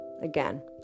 again